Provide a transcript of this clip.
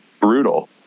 brutal